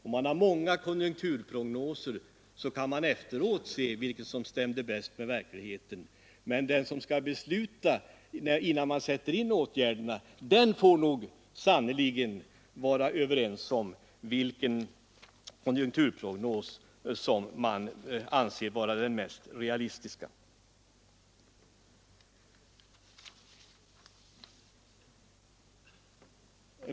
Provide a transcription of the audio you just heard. Om man har många konjunkturprognoser kan man efteråt se vilken som stämde bäst med verkligheten. Men de som skall besluta innan åtgärderna sätts in får sannerligen vara överens om och ta ställning till vilken konjunkturprognos de anser vara den mest realistiska.